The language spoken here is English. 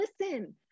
Listen